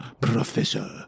professor